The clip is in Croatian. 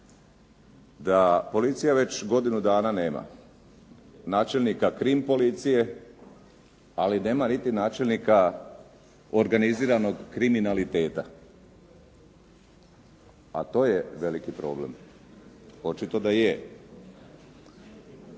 da policija već godinu dana nema načelnika krim policije, ali nema niti načelnika organiziranog kriminaliteta, a to je veliki problem, očito da je.